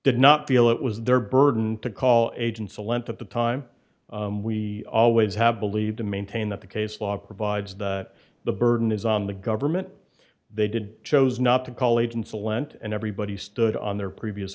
did not feel it was their burden to call agents a length of the time we always have believed to maintain that the case law provides that the burden is on the government they did chose not to call it insolent and everybody stood on their previous